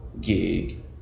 gig